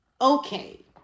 Okay